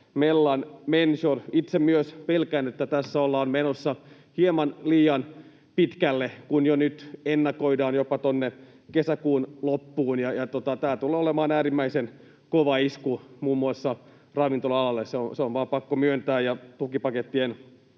mellan människor. Itse myös pelkään, että tässä ollaan menossa hieman liian pitkälle, kun jo nyt ennakoidaan jopa tuonne kesäkuun loppuun. Tämä tulee olemaan äärimmäisen kova isku muun muassa ravintola-alalle, se on vain pakko myöntää, ja tukipakettien